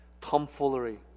tomfoolery